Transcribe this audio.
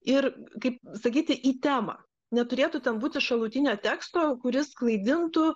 ir kaip sakyti į temą neturėtų būti šalutinio teksto kuris klaidintų